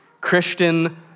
Christian